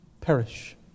perish